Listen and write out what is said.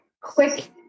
quick